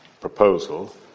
proposal